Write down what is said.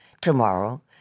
Tomorrow